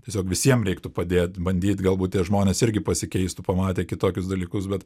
tiesiog visiem reiktų padėt bandyt galbūt tie žmonės irgi pasikeistų pamatę kitokius dalykus bet